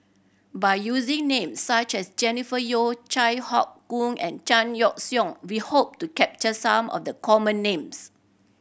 by using name such as Jennifer Yeo Chai Hon Yoong and Chan Yoke we hope to capture some of the common names